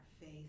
faith